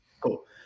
cool